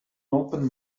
open